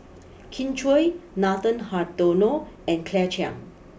Kin Chui Nathan Hartono and Claire Chiang